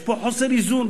יש פה חוסר איזון,